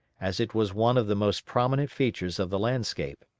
as it was one of the most prominent features of the landscape.